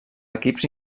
equips